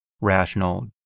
rational